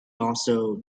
also